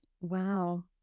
Wow